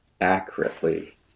accurately